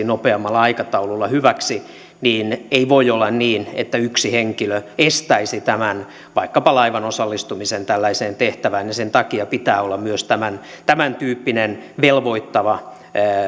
nopeammalla aikataululla hyväksi niin ei voi olla niin että yksi henkilö estäisi vaikkapa tämän laivan osallistumisen tällaiseen tehtävään ja sen takia pitää olla myös tämäntyyppinen velvoittava